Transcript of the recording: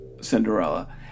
cinderella